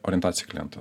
orientaciją į klientą